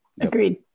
Agreed